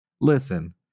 listen